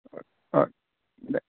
okay okay